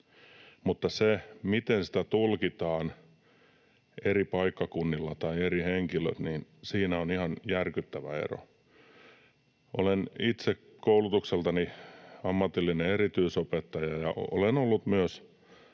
mutta siinä, miten sitä tulkitaan eri paikkakunnilla tai eri henkilöt tulkitsevat, on ihan järkyttävä ero. Olen itse koulutukseltani ammatillinen erityisopettaja ja olen ollut myös